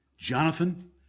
Jonathan